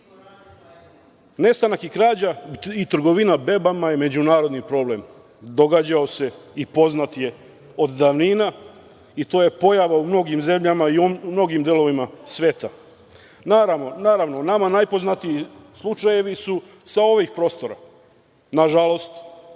nestanak i krađa i trgovina bebama je međunarodni problem. Događao se i poznat je od davnina i to je pojava u mnogim zemljama i mnogim delovima sveta. Naravno, nama najpoznatiji slučajevi su sa ovih prostora, nažalost